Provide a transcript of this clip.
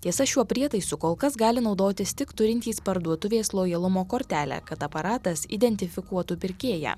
tiesa šiuo prietaisu kol kas gali naudotis tik turintys parduotuvės lojalumo kortelę kad aparatas identifikuotų pirkėją